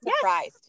surprised